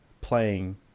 playing